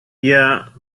yeah